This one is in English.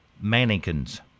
mannequins